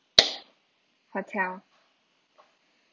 hotel